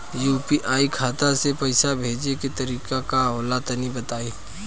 UPI खाता से पइसा भेजे के तरीका का होला तनि बताईं?